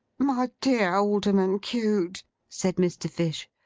my dear alderman cute said mr. fish.